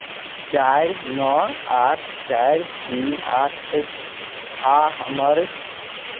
चारि नओ आठ चारि तीन आठ अछि आ हमर